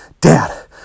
Dad